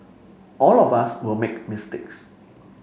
all of us will make mistakes